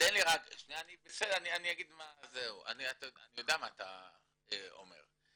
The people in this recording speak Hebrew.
אני יודע מה אתה אומר.